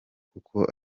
kuko